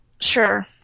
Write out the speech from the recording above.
Sure